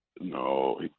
No